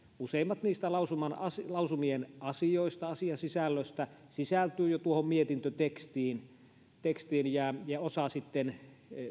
useimmat niistä lausumien asioista asiasisällöstä sisältyvät jo tuohon mietintötekstiin ja osa sitten